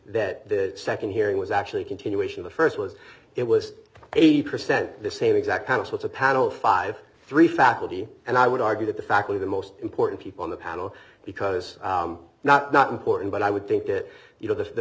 that the second hearing was actually a continuation of the first was it was eighty percent the same exact house with a paddle five three faculty and i would argue that the fact we the most important people on the panel because not not important but i would think that you know the